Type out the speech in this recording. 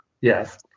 Yes